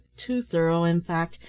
too thorough in fact,